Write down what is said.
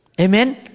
Amen